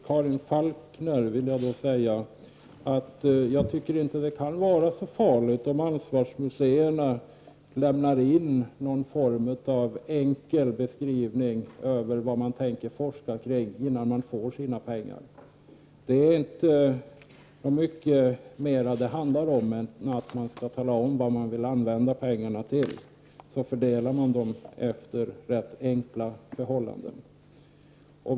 Fru talman! Jag tycker inte, Karin Falkmer, att det kan vara så farligt om ansvarsmuseerna innan de får sina pengar lämnar in någon form av enkel beskrivning över vad de tänker forska kring. Det handlar inte om så mycket mer än att man skall tala om vad man vill använda pengarna till, och de fördelas enligt rätt enkla metoder.